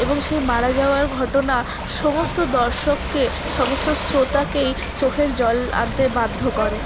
এবং সেই মারা যাওয়ার ঘটনা সমস্ত দর্শককে সমস্ত শ্রোতাকেই চোখের জল আনতে বাধ্য করে